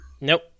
Nope